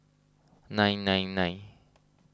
nine nine nine